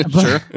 Sure